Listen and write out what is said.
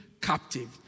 captive